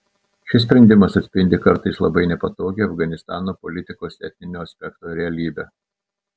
šis sprendimas atspindi kartais labai nepatogią afganistano politikos etninio aspekto realybę